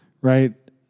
right